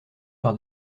par